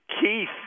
Keith